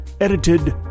edited